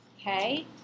Okay